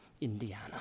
Indiana